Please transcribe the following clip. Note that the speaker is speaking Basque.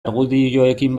argudioekin